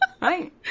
right